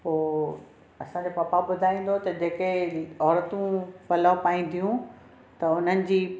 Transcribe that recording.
पोइ असांजे पपा ॿुधाईंदो त जेके औरतूं पलउ पाईंदियूं त हुननि जी